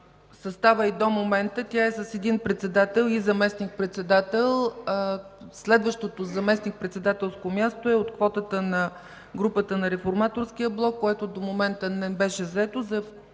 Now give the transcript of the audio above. състава й до момента тя е с председател и заместник-председател. Следващото заместник-председателско място е от квотата на групата на Реформаторския блок, което до момента не беше заето.